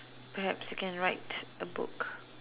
perhaps you can write a book